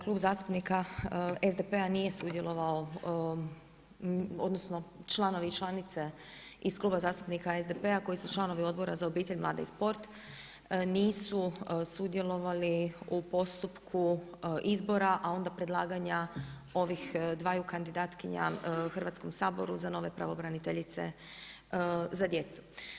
Klub zastupnika SDP-a nije sudjelovao, odnosno članovi i članice iz Kluba zastupnika SDP-a koji su članovi Odbor za obitelj, mlade i sport nisu sudjelovali u postupku izbora a onda predlaganja ovih dvaju kandidatkinja Hrvatskom saboru za nove pravobraniteljice za djecu.